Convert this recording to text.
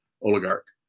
oligarch